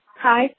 Hi